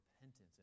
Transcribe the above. repentance